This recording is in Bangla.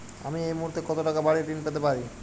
আমি এই মুহূর্তে কত টাকা বাড়ীর ঋণ পেতে পারি?